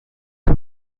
que